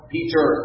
Peter